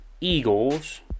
Eagles